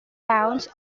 towns